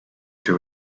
two